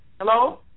Hello